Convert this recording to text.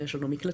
יש לנו מקלטים